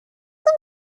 them